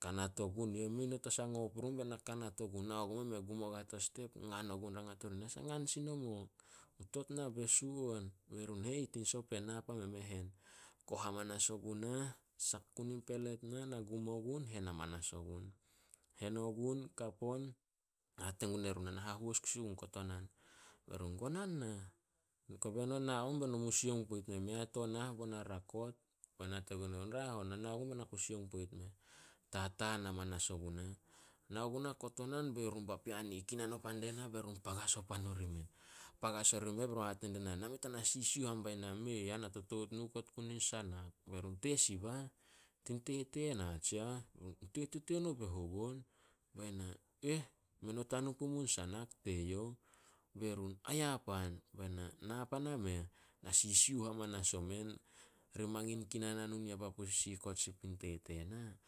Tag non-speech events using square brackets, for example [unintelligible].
Kanat ogun yu eh. Mei not as ngo purun be na kanat ogun, nao gumeh me gum ogua to step. Ngan ogun. Be run rangat orih, "Nasah ngan sin nomo?" "O tot na besu on." Be run, "E ih tin sopen, na pan meh me hen." Koh amanas ogunah, sak gun in pelet na, na gum ogun hen amanas ogun. Hen ogun kap on, hate gun erun. "Na na hahois kusi gun kotonan." Be run, "Gonan nah, kobe no na on be no mu sioung poit meh, mei a to nah bo na rakot." Be na hate gun erun, "Raeh on, na nao gun be na sioung poit meh." Tataan amanas ogunah, nao gunah kotonan bai run o papean i ih kinan o pan die na be run pagas o pan orimeh. Pagas orimeh be run hate pan die na, "Nameh tana sisiuh am." Be na, "Mei ah, na totout nu okot gun i sanak." Be run, "Tesih bah?" "Tin tete na tsiah." [unintelligible] "Tete teno be hou on." Be na, [unintelligible] "Mei not a nu pumu sanak teyouh." Be run, "Aya pan." Be na, "Na pan ameh." Na sisiuh amanas omen. Ri mangin kinan hanun ya papu sisikot sin pu tete na